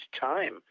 time